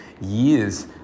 years